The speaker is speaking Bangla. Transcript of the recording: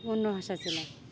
অন্য ভাষা ছিল